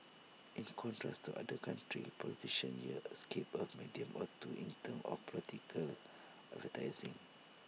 in contrast to other countries politicians here skip A medium or two in terms of political advertising